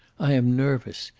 i am nervous.